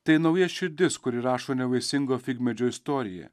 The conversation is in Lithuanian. tai nauja širdis kuri rašo nevaisingo figmedžio istoriją